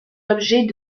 l’objet